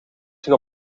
zich